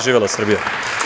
Živela Srbija!